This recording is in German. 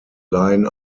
laien